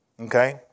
okay